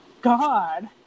God